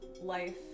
life